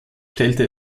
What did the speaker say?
stellte